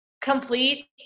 complete